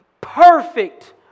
perfect